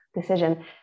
decision